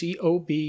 COB